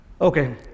Okay